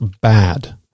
bad